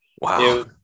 wow